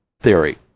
theory